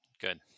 Good